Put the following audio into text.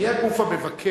מי יהיה הגוף המבקר,